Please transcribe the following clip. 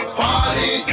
party